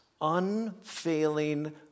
unfailing